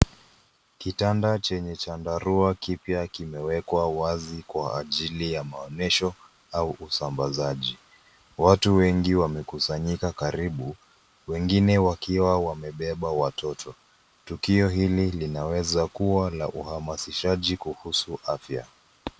Kitanda chenye chandarua kipya kimewekwa wazi kwa ajili ya maonesho au usambazaji. Watu wengi wamekusanyika karibu, wengine wakiwa wamebeba watoto. Tukio hili linaweza kua la uhamasishaji kuhusu afya.